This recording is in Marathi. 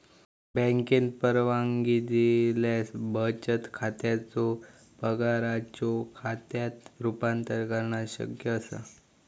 बँकेन परवानगी दिल्यास बचत खात्याचो पगाराच्यो खात्यात रूपांतर करणा शक्य असा